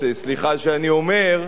סליחה שאני אומר,